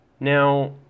Now